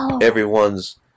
everyone's